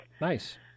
Nice